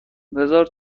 بزار